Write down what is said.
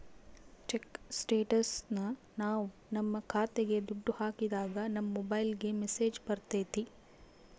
check ಸ್ಟೇಟಸ್ನ ನಾವ್ ನಮ್ ಖಾತೆಗೆ ದುಡ್ಡು ಹಾಕಿದಾಗ ನಮ್ ಮೊಬೈಲ್ಗೆ ಮೆಸ್ಸೇಜ್ ಬರ್ತೈತಿ